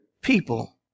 people